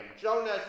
Jonas